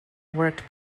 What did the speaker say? worked